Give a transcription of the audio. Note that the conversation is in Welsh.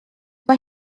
mae